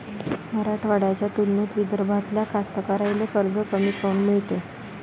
मराठवाड्याच्या तुलनेत विदर्भातल्या कास्तकाराइले कर्ज कमी काऊन मिळते?